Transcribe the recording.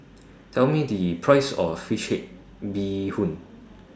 Tell Me The Price of Fish Head Bee Hoon